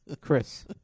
Chris